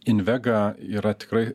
invega yra tikrai